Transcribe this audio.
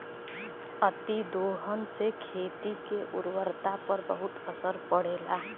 अतिदोहन से खेती के उर्वरता पर बहुत असर पड़ेला